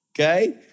okay